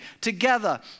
together